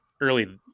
early